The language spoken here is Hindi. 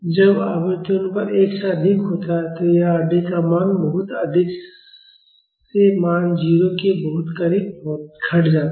जब आवृत्ति अनुपात 1 से अधिक होता है तो यह R d का मान बहुत अधिक से मान 0 के बहुत करीब घट जाता है